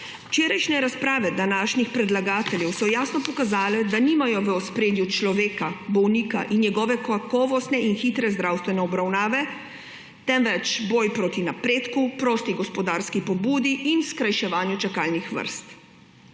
Včerajšnje razprave današnjih predlagateljev so jasno pokazale, da nimajo v ospredju človeka, bolnika in njegove kakovostne in hitre zdravstvene obravnave, temveč boj proti napredku, prosti gospodarski pobudi in skrajševanju čakalnih vrst.